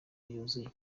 yuzuye